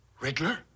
Riddler